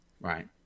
right